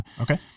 Okay